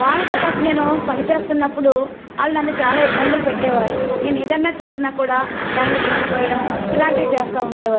వాళ్ళతో పాటు నేను పని చేస్తున్నప్పుడు వాళ్ళు నన్ను చాలా ఇబ్బందులు పెట్టేవారు నేను ఏదైనా చేసినా కూడా దాని మీద ఇంకు పోయడం ఇలాంటివి చేస్తూ ఉండేవారు